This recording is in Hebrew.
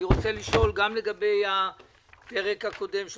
אני רוצה לשאול גם לגבי הפרק הקודם של